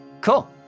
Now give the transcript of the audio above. Cool